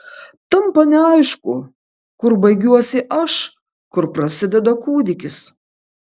tampa neaišku kur baigiuosi aš kur prasideda kūdikis